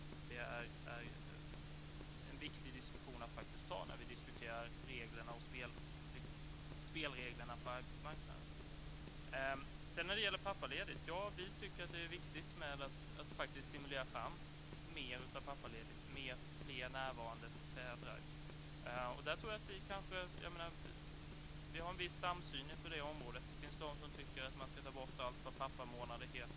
Detta är en viktig diskussion att föra när vi diskuterar spelreglerna på arbetsmarknaden. När det gäller pappaledigt så tycker vi att det är viktigt att stimulera mer pappaledighet och fler närvarande fäder. Jag tror att vi har en viss samsyn på det området. Det finns de som tycker att man ska ta bort allt vad pappamånader heter.